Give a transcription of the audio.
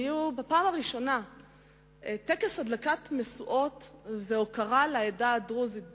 בפעם הראשונה היה טקס הדלקת משואות והוקרה לעדה הדרוזית בישראל.